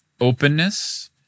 openness